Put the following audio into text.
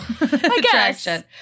attraction